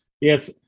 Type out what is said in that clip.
yes